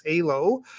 Alo